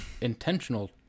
intentional